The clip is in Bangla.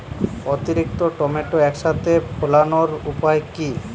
অতিরিক্ত টমেটো একসাথে ফলানোর উপায় কী?